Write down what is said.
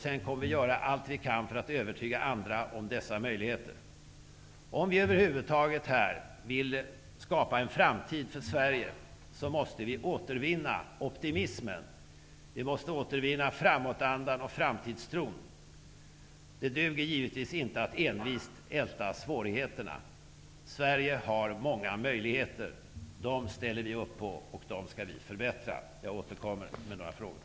Sedan kommer vi att göra allt vi kan för att övertyga andra om dessa möjligheter. Om vi över huvud taget vill skapa en framtid för Sverige, måste vi återvinna optimismen. Vi måste återvinna framåtandan och framtidstron. Det duger givetvis inte att envist älta svårigheterna. Sverige har många möjligheter. Dem ställer vi upp på, och dem skall vi förbättra. Jag återkommer med några frågor.